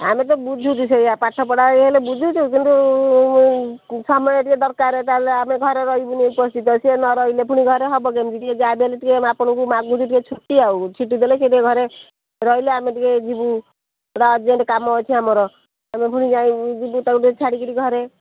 ଆମେ ତ ବୁଝୁଛୁ ସେୟା ପାଠ ପଢ଼ା ହେଲା ବୁଝୁଛୁ କିନ୍ତୁ ସମୟ ଟିକିଏ ଦରକାର ତାହେଲେ ଆମେ ଘରେ ରହିବୁ ନେଇ ଉପସ୍ଥିତ ସିଏ ନ ରହିଲେ ଘରେ ପୁଣି ହେବ କେମିତି ଯାହା ବି ହେଲେ ଟିକିଏ ଆପଣଙ୍କୁ ଦିଅନ୍ତୁ ଟିକିଏ ଛୁଟି ଆଉ ଛୁଟି ଦେଲେ ସିଏ ଟିକିଏ ଘରେ ରହିଲେ ଆମେ ଟିକିଏ ଯିବୁ ପୁରା ଅର୍ଜେଣ୍ଟ କାମ ଅଛି ଆମର ଆମେ ଫୁଣି ଯିବୁ ତାକୁ ଟିକିଏ ଛାଡ଼ିକରି ଘରେ